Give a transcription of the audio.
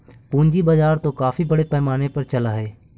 पूंजी बाजार तो काफी बड़े पैमाने पर चलअ हई